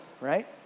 right